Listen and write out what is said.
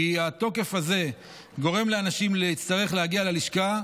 כי התוקף הזה גורם לאנשים להצטרך להגיע ללשכה.